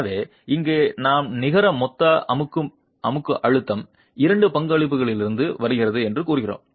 எனவே இங்கே நாம் நிகர மொத்த அமுக்க மன அழுத்தம் இரண்டு பங்களிப்புகளிலிருந்து வருகிறது என்று கூறுகிறோம்